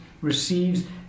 receives